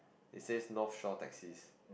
it says North Shore taxis